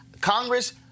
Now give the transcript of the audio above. Congress